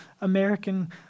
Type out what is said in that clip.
American